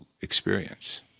experience